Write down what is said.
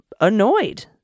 annoyed